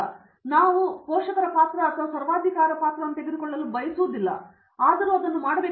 ಹಾಗಾಗಿ ನಾವು ಪೋಷಕರ ಪಾತ್ರವನ್ನು ಅಥವಾ ಸರ್ವಾಧಿಕಾರಿ ಪಾತ್ರವನ್ನು ತೆಗೆದುಕೊಳ್ಳಲು ಬಯಸುವುದಿಲ್ಲವಾದರೂ ಅದನ್ನು ಮಾಡಿ